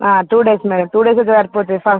two days madam two డేసే సరిపోతుంది స